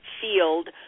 field